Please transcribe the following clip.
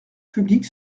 public